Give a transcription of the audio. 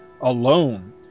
alone